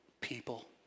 people